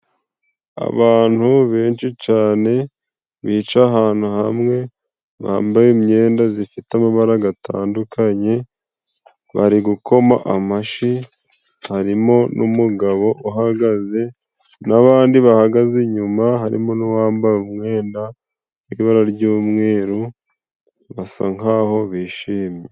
Abantu benshi cane bicaye ahantu hamwe, bambaye imyenda zifite amabara gatandukanye, bari gukoma amashi harimo n'umugabo uhagaze n'abandi bahagaze inyuma, harimo n'uwambaye umwenda w'ibara ry'umweru basa nkaho bishimye.